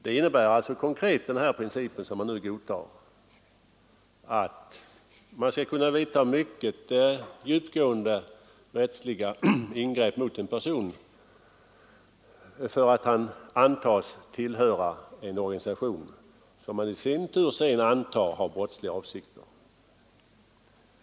Den princip som man nu ämnar godta innebär konkret att man skall kunna göra mycket djupgående rättsliga ingrepp mot en person därför att han antas tillhöra en organisation som man i sin tur antar har brottsliga avsikter.